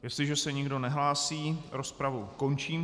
Jestliže se nikdo nehlásí, rozpravu končím.